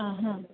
ആഹ് ഹാ